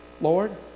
Lord